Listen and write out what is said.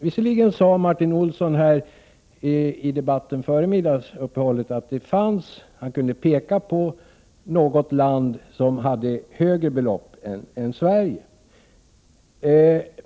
Visserligen sade Martin Olsson i debatten före middagsuppehållet att han kunde peka på något land som hade högre belopp än Sverige.